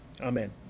Amen